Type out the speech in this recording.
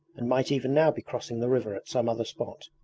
and might even now be crossing the river at some other spot.